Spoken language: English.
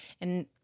And-